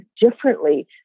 differently